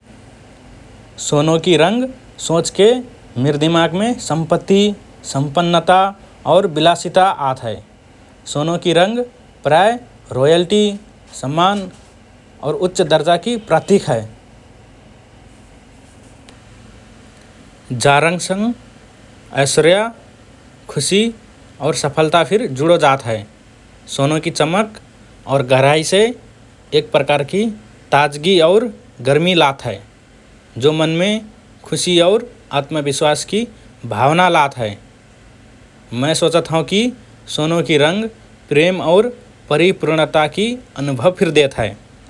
सोनोकि रंग सोचके मिर दिमागमे सम्पत्ति, सम्पन्नता और विलासिता आत हए । सोनोकि रंग प्रायः रोयल्टी, सम्मान और उच्च दर्जाकि प्रतिक हए । जा रंगसँग ऐश्वरय, खुशी और सफलता फिर जुडो जात हए । सोनोकि चमक और गहिराइ एक प्रकारकि ताजगी और गर्मी लात हए, जो मनमे खुशी और आत्मविश्वासकि भावना लात हए । मए सोचत हओँ कि सोनोकि रंग प्रेम और परिपुर्णताकि अनुभव फिर देत हए ।